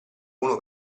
uno